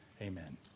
Amen